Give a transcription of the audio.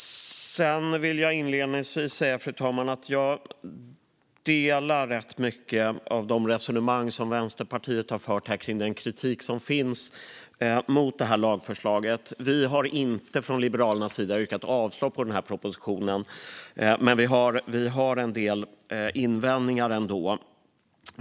Jag vill inledningsvis säga att jag delar rätt många av de resonemang som Vänsterpartiet har fört här kring den kritik som finns mot detta lagförslag. Vi från Liberalerna yrkar inte avslag på denna proposition, men vi har ändå en del invändningar.